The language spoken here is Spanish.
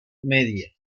media